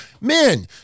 Man